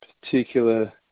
particular